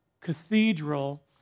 cathedral